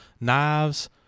knives